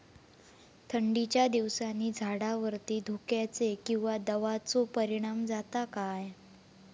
थंडीच्या दिवसानी झाडावरती धुक्याचे किंवा दवाचो परिणाम जाता काय?